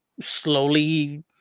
slowly